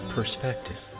Perspective